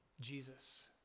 Jesus